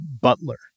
butler